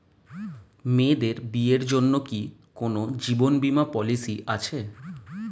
মেয়েদের বিয়ের জন্য কি কোন জীবন বিমা পলিছি আছে?